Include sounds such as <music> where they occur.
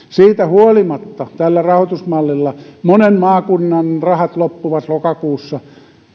<unintelligible> siitä huolimatta tällä rahoitusmallilla monen maakunnan rahat loppuvat lokakuussa